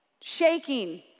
shaking